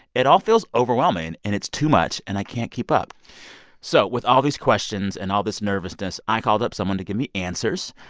it all feels overwhelming. and and it's too much. and i can't keep up so with all these questions and all this nervousness, i called up someone to give me answers.